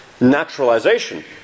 naturalization